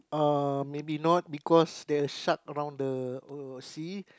uh maybe not because the shark around the uh sea